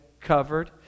covered